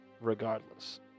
regardless